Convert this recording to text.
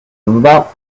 about